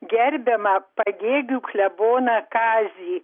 gerbiamą pagėgių kleboną kazį